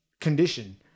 condition